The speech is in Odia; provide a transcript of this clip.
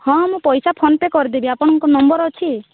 ହଁ ମୁଁ ପଇସା ଫୋନ୍ ପେ କରିଦେବି ଆପଣଙ୍କ ନମ୍ବର ଅଛି